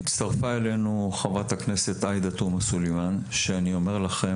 הצטרפה אלינו חברת הכנסת עאידה תומא סלימאן שאני אומר לכם